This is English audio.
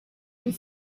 and